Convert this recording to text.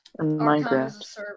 Minecraft